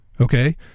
okay